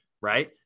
right